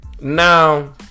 Now